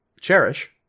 Cherish